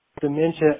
dementia